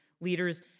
leaders